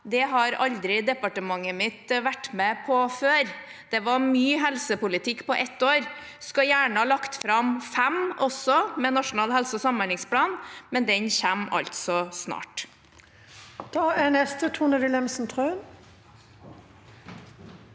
Det har aldri departementet mitt vært med på før. Det var mye helsepolitikk på ett år. Jeg skulle gjerne ha lagt fram fem, med Nasjonal helse- og samhandlingsplan, men den kommer altså snart. Tone Wilhelmsen Trøen